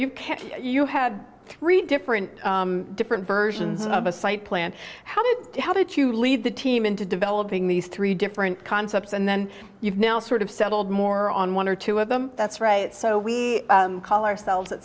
can't you had three different different versions of a site plan how did you how did you lead the team into developing these three different concepts and then you've now sort of settled more on one or two of them that's right so we call ourselves